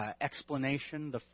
explanation